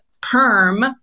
perm